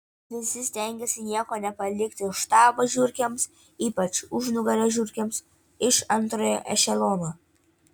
visi stengėsi nieko nepalikti štabo žiurkėms ypač užnugario žiurkėms iš antrojo ešelono